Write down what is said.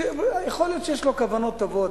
שיכול להיות שיש לו כוונות טובות,